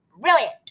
Brilliant